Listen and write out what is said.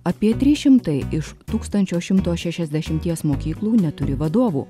apie trys šimtai iš tūkstančio šimto šešiasdešimties mokyklų neturi vadovų